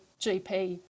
GP